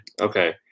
Okay